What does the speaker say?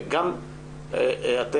אני חושב שליגות העל,